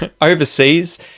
overseas